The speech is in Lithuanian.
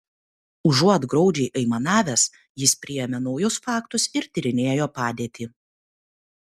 užuot graudžiai aimanavęs jis priėmė naujus faktus ir tyrinėjo padėtį